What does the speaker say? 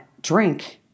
drink